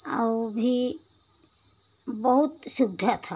और वह भी बहुत सुविधा था